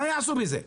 מה יעשו בזה?